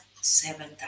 seven